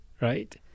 Right